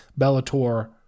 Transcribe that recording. Bellator